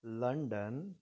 London